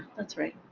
that's right.